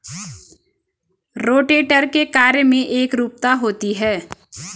rotator के कार्य में एकरूपता होती है